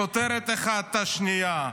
סותרת האחת את השנייה,